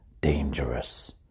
dangerous